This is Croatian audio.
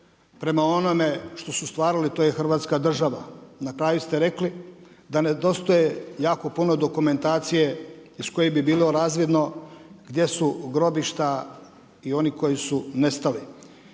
prema onome što su stvarali a to je hrvatska država. Na kraju ste rekli da nedostaje jako puno dokumentacije iz koje bi bilo razvidno gdje su grobišta i oni koji su nestali.